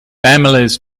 families